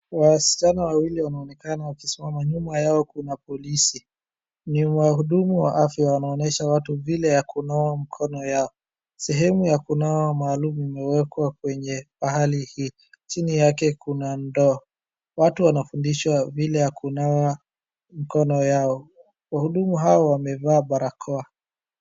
Wasichana wawili wanaonekana wakisimama, nyuma yao kuna polisi. Ni muhudumu wa afya wanaonyesha watu vile ya kunawa mkono yao. Sehemu ya kunawa maalum imewekwa kwenye pahali hii. Chini yake kuna ndoo. Watu wanafundishwa vile ya kunawa mkono yao. Wahudumu hao wamevaa barakoa.